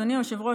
אדוני היושב-ראש,